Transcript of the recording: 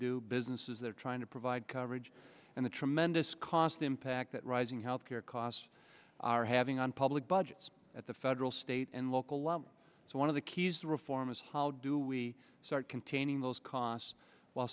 do businesses that are trying to provide coverage and the tremendous cost impact that rising health care costs are having on public budgets at the federal state and local level so one of the keys to reform is how do we start containing those costs w